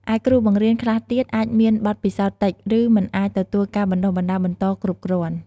ឯគ្រូបង្រៀនខ្លះទៀតអាចមានបទពិសោធន៍តិច ឬមិនបានទទួលការបណ្តុះបណ្តាលបន្តគ្រប់គ្រាន់។